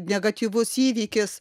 negatyvus įvykis